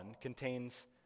contains